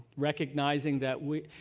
recognizing that